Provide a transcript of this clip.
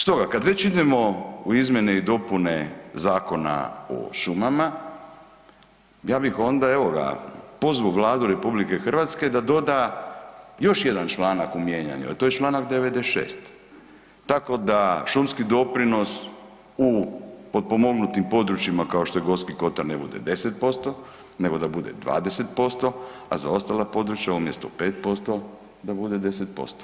Stoga kad već idemo u izmjene i dopune Zakona o šumama, ja bih onda, evo ga, pozvao Vladu RH da doda još jedan članak u mijenjanju, a to je čl. 96, tako da šumski doprinos u potpomognutim područjima kao što je Gorski kotar ne bude 10%, nego da bude 20%, a za ostala područja, umjesto 5%, da bude 10%